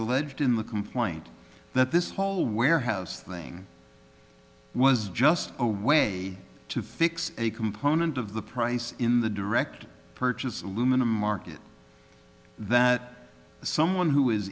alleged in the complaint that this whole warehouse thing was just a way to fix a component of the price in the direct purchase aluminum market that someone who is